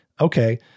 okay